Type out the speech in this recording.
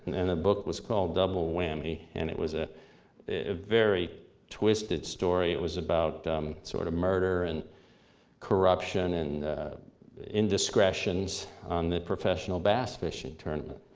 and the book was called double whammy, and it was a very twisted story. it was about sort of murder, and corruption, and indiscretions on the professional bass fishing tournament.